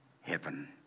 heaven